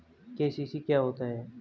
KCC क्या होता है?